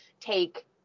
take